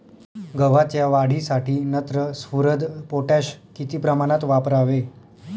गव्हाच्या वाढीसाठी नत्र, स्फुरद, पोटॅश किती प्रमाणात वापरावे?